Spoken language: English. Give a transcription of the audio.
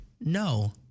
No